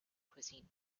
cuisine